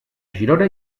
girona